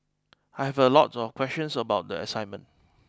I had a lot of questions about the assignment